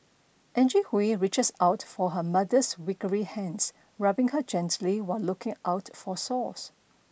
Angie Hui reaches out for her mother's hands rubbing her gently while looking out for sores